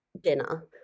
dinner